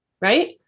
Right